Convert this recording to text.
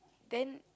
then